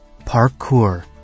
parkour